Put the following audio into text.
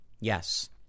Yes